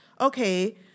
Okay